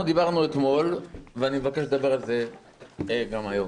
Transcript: דיברנו אתמול ואני מבקש לדבר על זה גם היום,